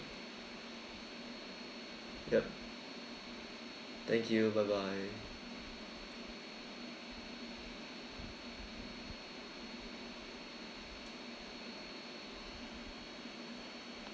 yup thank you bye bye